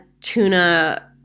tuna